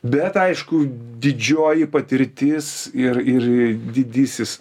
bet aišku didžioji patirtis ir ir didysis